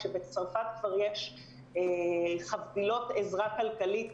כשבצרפת כבר יש חבילות עזרה כלכלית